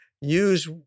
use